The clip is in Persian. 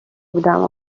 بودم